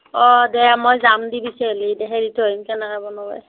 অ' দে মই যাম